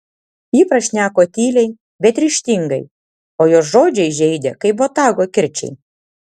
ji prašneko tyliai bet ryžtingai o jos žodžiai žeidė kaip botago kirčiai